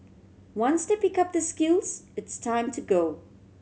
once they pick up the skills it's time to go